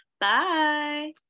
Bye